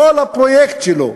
כל הפרויקט שלו,